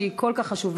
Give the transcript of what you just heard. שהיא כל כך חשובה,